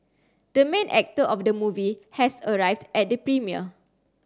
the main actor of the movie has arrived at the premiere